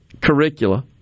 curricula